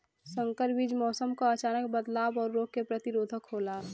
संकर बीज मौसम क अचानक बदलाव और रोग के प्रतिरोधक होला